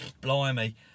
Blimey